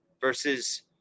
versus